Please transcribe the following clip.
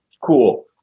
cool